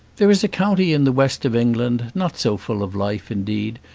there is a county in the west of england not so full of life, indeed,